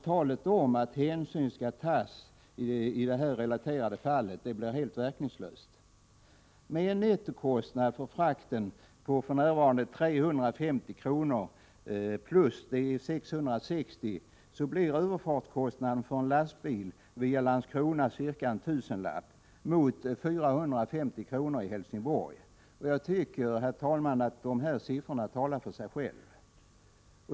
Talet om att ”hänsyn bör tas” är i det här relaterade fallet helt verkningslöst. Med en nettokostnad för frakten på för närvarande 350 kr. plus de 660 blir överfartskostnaden för en lastbil via Landskrona cirka en tusenlapp mot 450 kr. i Helsingborg. De siffrorna talar för sig själva.